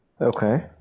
okay